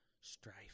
strife